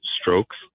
strokes